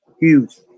huge